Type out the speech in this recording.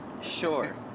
Sure